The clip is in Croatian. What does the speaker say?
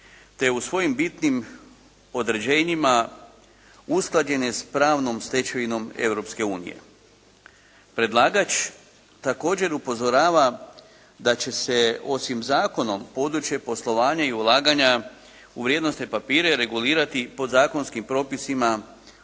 te u svojim bitnim određenjima usklađen je s pravnom stečevinom Europske unije. Predlagač također upozorava da će se osim zakonom područje poslovanja i ulaganja u vrijednosne papire regulirati podzakonskim propisima